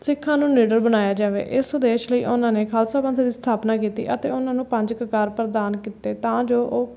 ਸਿੱਖਾਂ ਨੂੰ ਨਿਡਰ ਬਣਾਇਆ ਜਾਵੇ ਇਸ ਉਦੇਸ਼ ਲਈ ਉਨ੍ਹਾਂ ਨੇ ਖਾਲਸਾ ਪੰਥ ਦੀ ਸਥਾਪਨਾ ਕੀਤੀ ਅਤੇ ਉਨ੍ਹਾਂ ਨੂੰ ਪੰਜ ਕਕਾਰ ਪ੍ਰਦਾਨ ਕੀਤੇ ਤਾਂ ਜੋ ਉਹ